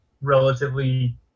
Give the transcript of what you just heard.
relatively